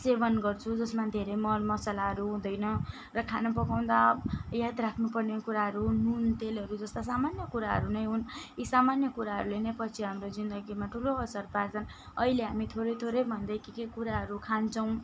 सेवन गर्छु जसमा धेरै मर मसलाहरू हुँदैन र खाना पकाउँदा याद राख्नुपर्ने कुराहरू नुन तेलहरू जस्ता सामान्य कुराहरू नै हुन् यी सामान्य कुराहरूले नै पछि हाम्रो जीन्दगीमा ठुलो असर पार्छन् अहिले हामी थोरै थोरै भन्दै के के कुराहरू खान्छौँ